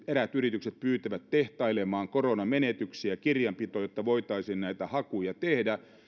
eräät yritykset pyytävät tehtailemaan koronamenetyksiä kirjanpitoon jotta voitaisiin näitä hakuja tehdä